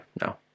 no